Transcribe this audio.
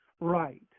Right